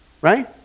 Right